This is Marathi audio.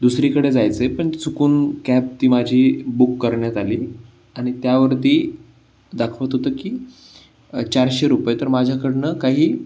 दुसरीकडे जायचं आहे पण चुकून कॅब ती माझी बुक करण्यात आली आणि त्यावरती दाखवत होतं की चारशे रुपये तर माझ्याकडून काही